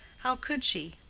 how could she?